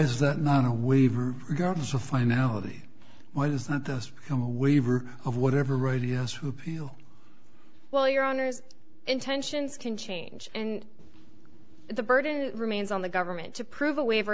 is that not a waiver regardless of finality why does not just become a waiver of whatever right he has who appeal well your honour's intentions can change and the burden remains on the government to prove a waiver